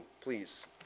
please